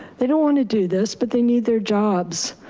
they don't want to do this, but they need their jobs.